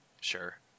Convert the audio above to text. Sure